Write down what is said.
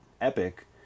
epic